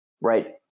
right